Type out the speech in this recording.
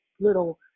little